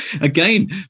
again